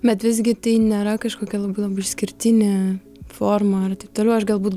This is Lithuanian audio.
bet visgi tai nėra kažkokia labai labai išskirtinė forma ar taip toliau aš galbūt